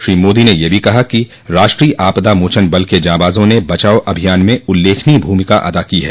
श्री मोदी ने यह भी कहा कि राष्ट्रीय आपदा मोचन बल के जांबाजों ने बचाव अभियान में उल्लेखनीय भूमिका अदा की है